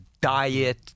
diet